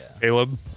caleb